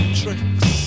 tricks